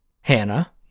Hannah